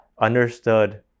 understood